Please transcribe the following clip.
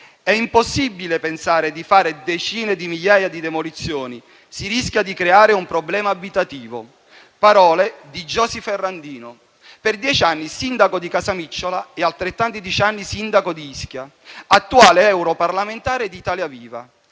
è impossibile pensare di fare decine di migliaia di demolizioni, si rischia di creare un problema abitativo. Sono le parole di Giosi Ferrandino, per dieci anni sindaco di Casamicciola, e altrettanti anni sindaco di Ischia, attuale europarlamentare di Italia Viva,